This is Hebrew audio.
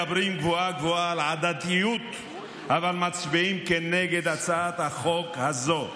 מדברים גבוהה-גבוהה על עדתיות אבל מצביעים כנגד הצעת החוק הזאת.